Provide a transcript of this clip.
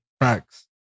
Facts